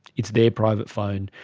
it's their private phone.